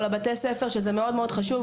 על בתי הספר שזה מאוד מאוד חשוב,